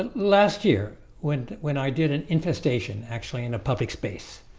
and last year went when i did an infestation actually in a public space